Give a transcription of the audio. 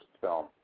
film